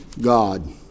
God